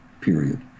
period